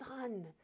Son